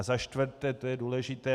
Za čtvrté to je důležité.